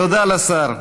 תודה לשר.